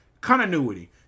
continuity